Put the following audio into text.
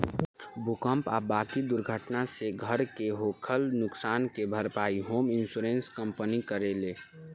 भूकंप आ बाकी दुर्घटना से घर के होखल नुकसान के भारपाई होम इंश्योरेंस कंपनी करेले